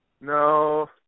No